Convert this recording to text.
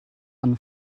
aan